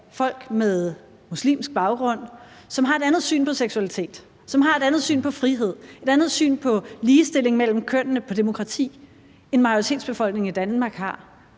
folk med muslimsk baggrund, som har et andet syn på seksualitet, som har et andet syn på frihed, et andet syn på ligestilling mellem kønnene og på demokrati, end majoritetsbefolkningen i Danmark har.